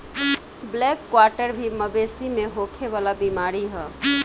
black quarter भी मवेशी में होखे वाला बीमारी ह